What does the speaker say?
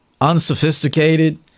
unsophisticated